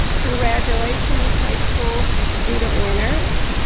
congratulations high school student winners.